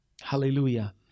Hallelujah